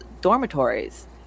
dormitories